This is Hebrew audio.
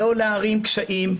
לא להערים קשיים,